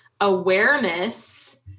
awareness